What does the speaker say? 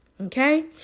Okay